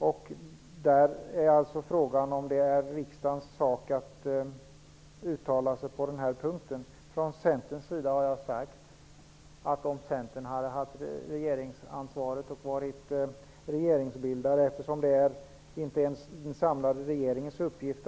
Frågan är om det är riksdagens sak att uttala sig på denna punkt. Det är inte den samlade regeringens utan regeringsbildarens uppgift att forma regeringsarbetet.